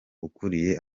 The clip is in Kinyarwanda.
ukuriye